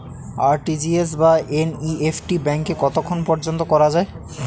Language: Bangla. আর.টি.জি.এস বা এন.ই.এফ.টি ব্যাংকে কতক্ষণ পর্যন্ত করা যায়?